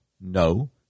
no